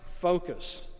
focus